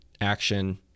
action